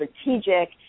strategic